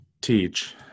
teach